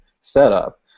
setup